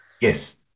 Yes